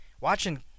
watching